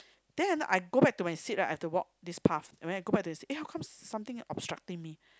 then I go back to my seat right I have to walk this path and then I go back to my seat aye how come something obstructing me